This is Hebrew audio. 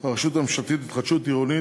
הרשות הממשלתית להתחדשות עירונית,